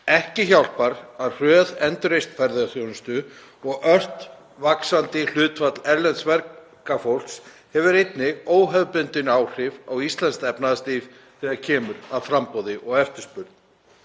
Ekki hjálpar að hröð endurreisn ferðaþjónustu og ört vaxandi hlutfall erlends verkafólks hefur einnig óhefðbundin áhrif á íslenskt efnahagslíf þegar kemur að framboði og eftirspurn.